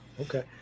Okay